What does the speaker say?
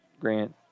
Grant